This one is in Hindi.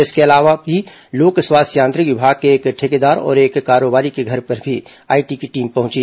इसके अलावा भी लोक स्वास्थ्य यांत्रिकी विभाग के एक ठेकेदार और एक कारोबारी के घर भी आईटी की टीम पहुंची